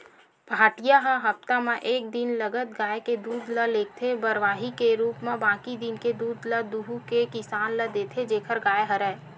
पहाटिया ह हप्ता म एक दिन लगत गाय के दूद ल लेगथे बरवाही के रुप म बाकी दिन के दूद ल दुहू के किसान ल देथे जेखर गाय हरय